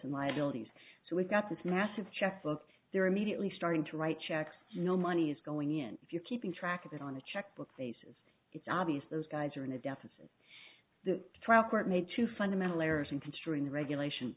and liabilities so we've got this massive chess book they're immediately starting to write checks no money is going in if you're keeping track of it on the checkbook faces it's obvious those guys are in a deficit the trial court made two fundamental errors in construing regulation